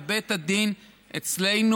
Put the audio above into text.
בבית הדין אצלנו,